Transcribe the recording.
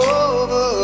over